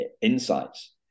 insights